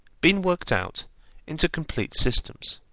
been worked out into complete systems.